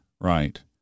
right